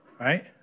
right